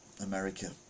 America